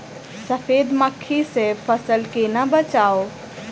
सफेद मक्खी सँ फसल केना बचाऊ?